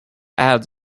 ads